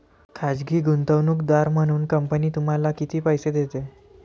खाजगी गुंतवणूकदार म्हणून कंपनी तुम्हाला किती पैसे देते?